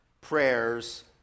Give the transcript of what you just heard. prayers